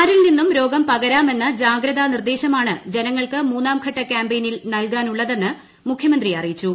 ആരിൽ നിന്നും രോഗം പകരാമെന്ന ജാഗ്രതാ നിർദ്ദേശമാണ് ജനങ്ങൾക്ക് മൂന്നാം ഘട്ട ക്യാമ്പെയ്നിൽ നൽകാനുള്ളതെന്ന് മുഖ്യമന്ത്രി പറഞ്ഞു